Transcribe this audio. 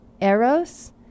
Eros